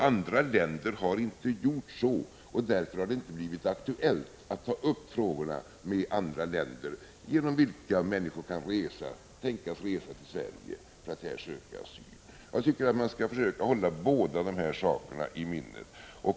Andra länder har inte gjort så, och därför har det inte blivit aktuellt att ta upp frågorna med andra länder genom vilka människor kan tänkas resa till Sverige för att söka asyl. Jag tycker att man skall försöka hålla båda de här sakerna i minnet.